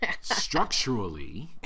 structurally